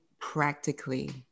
practically